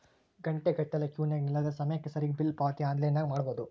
ಘಂಟೆಗಟ್ಟಲೆ ಕ್ಯೂನಗ ನಿಲ್ಲದೆ ಸಮಯಕ್ಕೆ ಸರಿಗಿ ಬಿಲ್ ಪಾವತಿ ಆನ್ಲೈನ್ನಾಗ ಮಾಡಬೊದು